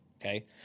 okay